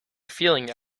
feeling